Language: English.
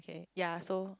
ya so